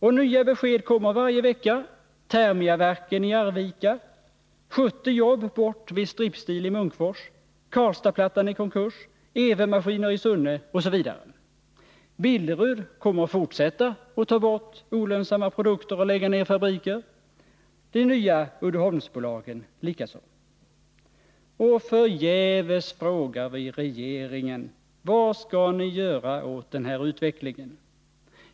Och nya besked kommer varje vecka: Thermia-Verken i Arvika, 70 jobb bort vid Uddeholm Strip Steel i Munkfors, Karlstadsplattan i konkurs, Ewemaskiner i Sunne osv. Billerud kommer att fortsätta att ta bort olönsamma produkter och lägga ner fabriker, de nya Uddeholmsbolagen likaså. Och förgäves frågar vi regeringen: Vad skall ni göra åt den här utvecklingen?